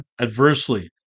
adversely